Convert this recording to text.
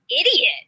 idiot